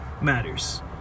matters